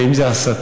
ואם זו הסתה,